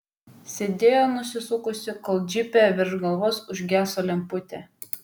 sėdėjo nusisukusi kol džipe virš galvos užgeso lemputė